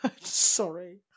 Sorry